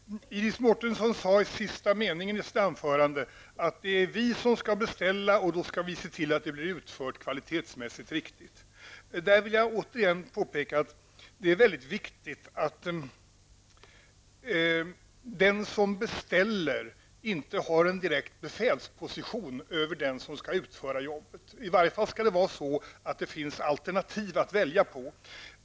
Herr talman! Iris Mårtensson sade i sista meningen i sitt anförande att det är vi politiker som skall beställa och också se till att det blir utfört kvalitetsmässigt riktigt. Jag vill återigen påpeka att det är väldigt viktigt att den som beställer inte har en direkt befälsposition över den som skall utföra jobbet. I varje fall skall det finnas alternativ att välja på.